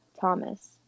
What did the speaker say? Thomas